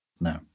No